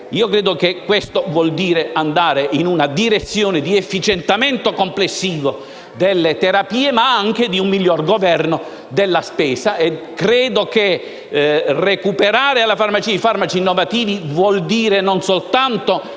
Credo che questo significhi andare in una direzione di efficientamento complessivo delle terapie, ma anche di un miglior governo della spesa. Credo che recuperare i farmaci innovativi nelle farmacie voglia dire non soltanto